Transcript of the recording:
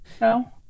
No